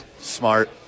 Smart